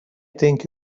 think